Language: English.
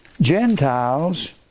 Gentiles